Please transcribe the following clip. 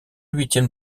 huitième